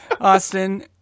Austin